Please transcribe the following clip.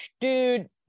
dude